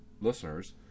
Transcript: listeners